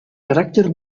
caràcter